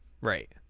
Right